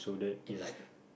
in life